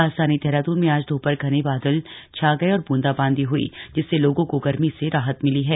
राजधानी देहरादून में आज दोपहर घने वादल छा गये और ब्रंदा बांदी हुयी जिससे लोगों को गर्मी से राहत मिली है